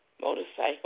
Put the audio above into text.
motorcycle